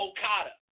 Okada